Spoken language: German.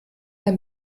der